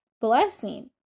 blessing